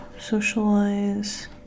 socialize